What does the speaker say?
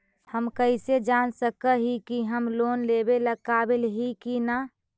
हम कईसे जान सक ही की हम लोन लेवेला काबिल ही की ना?